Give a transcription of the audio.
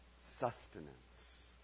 Sustenance